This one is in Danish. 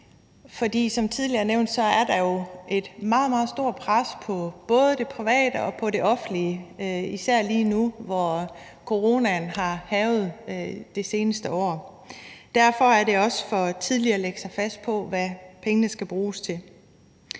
For som tidligere nævnt er der jo et meget, meget stort pres på både det private og på det offentlige, især lige nu, hvor coronaen har hærget det seneste år. Derfor er det også for tidligt at lægge sig fast på, hvad pengene skal bruges til,